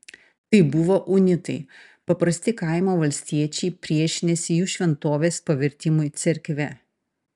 tai buvo unitai paprasti kaimo valstiečiai priešinęsi jų šventovės pavertimui cerkve